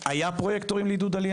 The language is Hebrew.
היה פרויקטורים לעידוד עלייה?